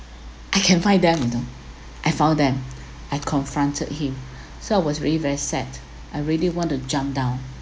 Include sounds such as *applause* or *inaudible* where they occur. I can find them you know I found them I confronted him *breath* so I was really very sad I really want to jump down